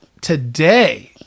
today